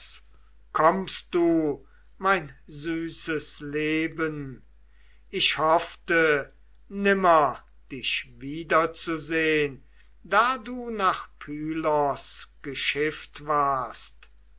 kommst du mein süßes leben ich hoffte nimmer dich wiederzusehn da du nach pylos geschifft warst